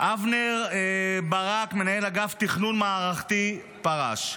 אבנר ברק, מנהל אגף תכנון מערכתי, פרש.